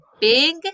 big